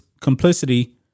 complicity